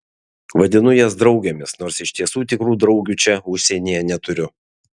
vadinu jas draugėmis nors iš tiesų tikrų draugių čia užsienyje neturiu